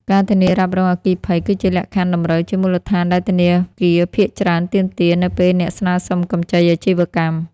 ការធានារ៉ាប់រងអគ្គិភ័យ គឺជាលក្ខខណ្ឌតម្រូវជាមូលដ្ឋានដែលធនាគារភាគច្រើនទាមទារ នៅពេលអ្នកស្នើសុំកម្ចីអាជីវកម្ម។